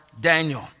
Daniel